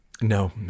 No